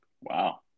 Wow